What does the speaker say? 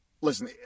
listen